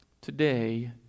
today